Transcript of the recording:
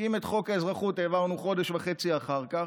כי אם את חוק האזרחות העברנו חודש וחצי אחר כך,